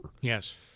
Yes